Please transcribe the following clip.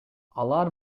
алар